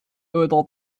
oder